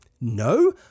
No